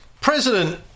President